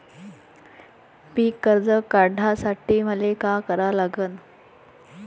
पिक कर्ज काढासाठी मले का करा लागन?